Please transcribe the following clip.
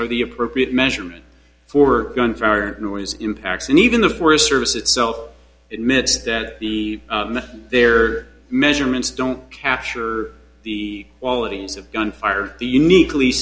are the appropriate measurement for gunfire noise impacts and even the forest service itself in minutes that the their measurements don't capture the qualities of gunfire the uniquely